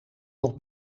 nog